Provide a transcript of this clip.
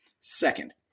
Second